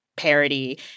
parody